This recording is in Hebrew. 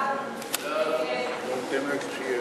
3 נתקבל.